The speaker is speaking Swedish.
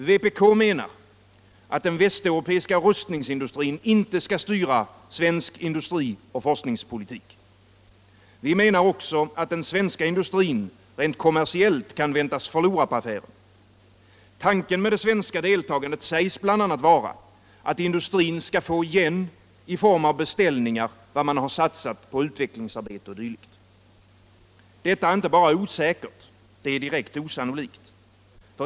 Vpk menar att den västeuropeiska rustningsindustrin inte skall styra svensk industrioch forskningspolitik. Vi menar också att den svenska industrin rent kommersiellt kan väntas förlora på affären. Tanken med det svenska deltagandet sägs bl.a. vara att industrin skall få igen i form av bestäl!ningar vad man satsat på utvecklingsarbete o. d. Detta är inte bara osäkert, det är direkt osannolikt.